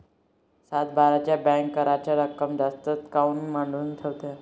सातबाऱ्यावर बँक कराच रक्कम जास्त काऊन मांडून ठेवते?